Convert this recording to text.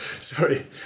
sorry